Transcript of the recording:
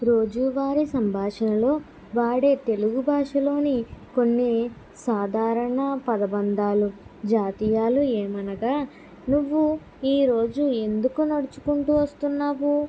రోజువారీ సంభాషణలలో వాడే తెలుగు భాషలోని కొన్ని సాధారణ పదబంధాలు జాతీయాలు ఏమనగా నువ్వు ఈరోజు ఎందుకు నడుచుకుంటూ వస్తున్నావు